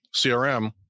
CRM